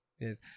Yes